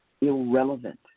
irrelevant